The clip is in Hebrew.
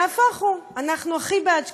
נהפוך הוא, אנחנו הכי בעד שקיפות.